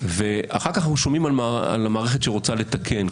אחר כך אנחנו שומעים על המערכת שרוצה לתקן.